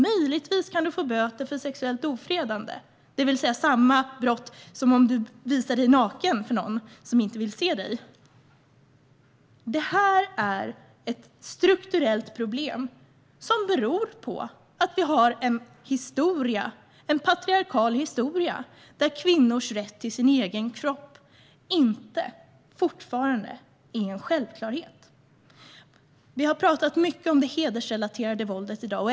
Möjligtvis kan man få böter för sexuellt ofredande, det vill säga samma brott som om man visar sig naken för någon som inte vill se en. Detta är ett strukturellt problem som beror på att vi har en patriarkal historia där kvinnors rätt till sin egen kropp fortfarande inte är en självklarhet. Vi har i dag talat mycket om det hedersrelaterade våldet.